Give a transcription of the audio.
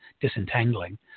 disentangling